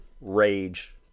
Rage